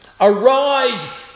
Arise